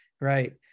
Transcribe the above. Right